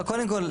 קודם כל,